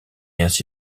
ainsi